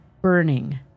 burning